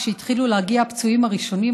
כשהתחילו להגיע הפצועים הראשונים.